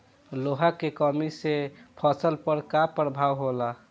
लोहा के कमी से फसल पर का प्रभाव होला?